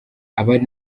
abari